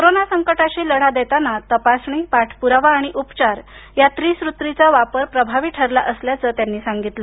corona संकटाशी लढा देताना तपासणी पाठपुरावा आणि उपचार या त्रिसूत्रीचा वापर प्रभावी ठरला असल्याच त्यांनी सांगितलं